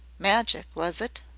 magic, was it?